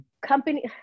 company